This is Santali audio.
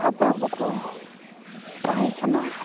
ᱦᱟᱯᱲᱟᱢ ᱠᱚᱠᱚ ᱛᱟᱦᱮᱸ ᱠᱟᱱᱟ